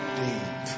deep